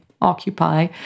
occupy